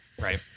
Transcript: Right